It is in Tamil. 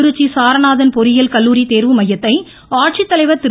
திருச்சி சாரநாதன் பொறியியல் கல்லூரி தேர்வு மையத்தை ஆட்சித்தலைவர் திரு